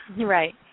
right